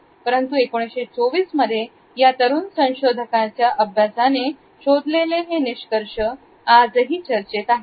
परंतु 1924 मध्ये या तरुण संशोधक अभ्यासाकाने शोधलेले हे निष्कर्ष आजही चर्चेत आहे